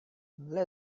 let